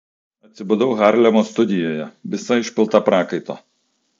atsibudau harlemo studijoje visa išpilta prakaito